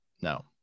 No